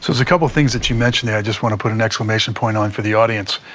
there's a couple of things that you mentioned that i just want to put an exclamation point on for the audience.